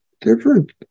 different